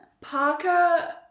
Parker